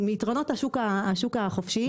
מהיתרונות השוק החופשי,